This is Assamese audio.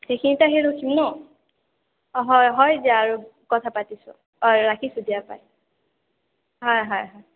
সেইখিনিত আহি ৰখিম ন অঁ হয় হয় দিয়া আৰু কথা পাতিছোঁ অঁ ৰাখিছো দিয়া বাই হয় হয় হয়